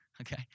okay